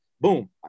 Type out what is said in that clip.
boom